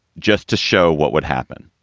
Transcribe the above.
just to show what would happen.